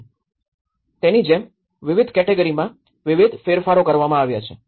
તેથી તેની જેમ વિવિધ કેટેગરીમાં વિવિધ ફેરફારો કરવામાં આવ્યા છે